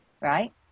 right